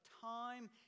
time